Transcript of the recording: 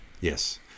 Yes